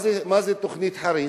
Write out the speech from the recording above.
מה זה תוכנית חריש?